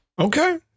Okay